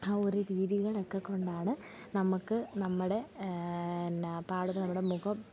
ആ ഒരു രീതികളൊക്കെക്കൊണ്ടാണ് നമുക്ക് നമ്മുടെ എന്നാൽ പാടുമ്പം നമ്മുടെ മുഖം